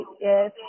yes